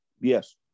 Yes